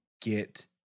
get